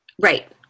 Right